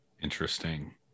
interesting